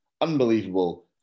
Unbelievable